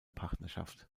partnerschaft